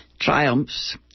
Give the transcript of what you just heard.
triumphs